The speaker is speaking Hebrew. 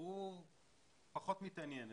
הוא פחות מתעניין,